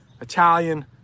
italian